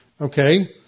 Okay